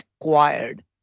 acquired